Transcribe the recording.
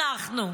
אחים אנחנו,